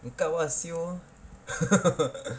engkau ah [siol]